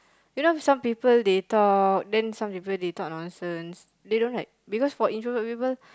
you know some people they talk then some people they talk nonsense they don't like because for introvert people